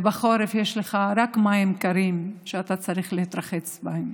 ובחורף יש לך רק מים קרים שאתה צריך להתרחץ בהם.